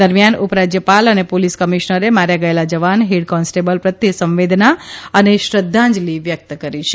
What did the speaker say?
દરમિયાન ઉપરાજયપાલ અને પોલીસ કમિશ્નરે માર્યા ગયેલા જવાન હેડ કોન્ટેરીબલ પ્રત્યે સંવેદના અને શ્રદ્ધાંજલિ વ્યકત કરી છે